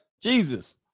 Jesus